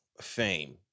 fame